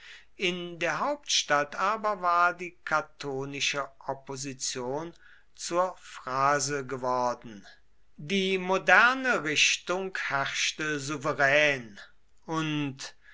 in der hauptstadt aber war die catonische opposition zur phrase geworden die moderne richtung herrschte souverän und